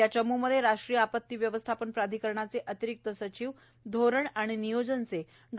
या चमूमध्ये राष्ट्रीय आपती व्यवस्थापन प्राधिकरणाचे अतिरिक्त सचिव धोरण आणि नियोजनचे डॉ